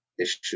issue